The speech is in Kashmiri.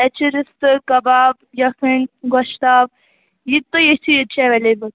اَسہِ چھُ رِستہٕ کَباب یکھٕنۍ گوشتاب یہِ تُہۍ یٔژھِو ییٚتہِ چھُ ایٚویلیبٕل